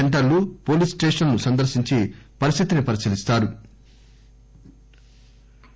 సెంటర్లు పోలింగ్ స్టేషన్లను సందర్శించి పరిస్థితిని పరిశీలిస్తారు